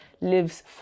lives